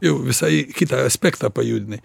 jau visai kitą aspektą pajudinai